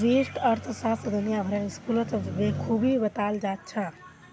व्यष्टि अर्थशास्त्र दुनिया भरेर स्कूलत बखूबी बताल जा छह